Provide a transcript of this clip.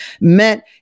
meant